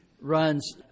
runs